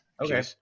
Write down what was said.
Okay